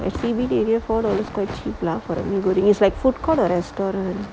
C_B_D area for dollars quite cheap lah for the new building is like food court or restaurant